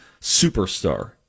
superstar